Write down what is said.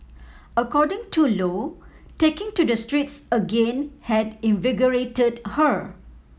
according to Lo taking to the streets again had invigorated her